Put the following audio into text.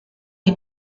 est